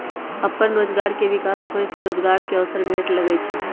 अप्पन रोजगार के विकास होय से रोजगार के अवसर भेटे लगैइ छै